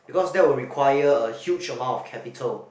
because that will require a huge amount of capital